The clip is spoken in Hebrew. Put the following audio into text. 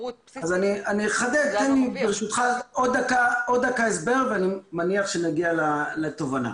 תן לי ברשותך עוד דקה הסבר ואני מניח שנגיע לתובנה.